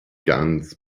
ganz